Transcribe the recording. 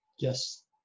Yes